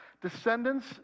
Descendants